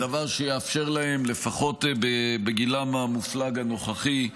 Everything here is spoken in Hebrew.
זה דבר שיאפשר להם, לפחות בגילם המופלג הנוכחי,